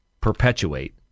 perpetuate